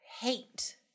hate